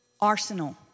arsenal